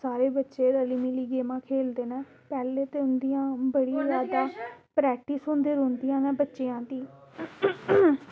सारे बच्चे रली मिली गेमां खेलदे न पैह्लें ते उंदियां बड़ियां जादा प्रैक्टिस होंदे रौंह्दियां न बच्चेआं दी